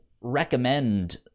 recommend